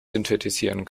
synthetisieren